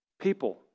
people